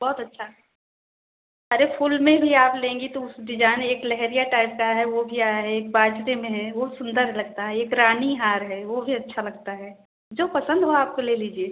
बहुत अच्छा अरे फुल में भी आप लेंगी तो उस डिजाइन एक लहेरिया टाइप का है वो भी आया है एक बार्थडे में है वो सुंदर लगता है एक रानी हार है वो भी अच्छा लगता है जो पसंद हो आपको ले लीजिए